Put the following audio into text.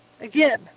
Again